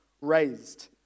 raised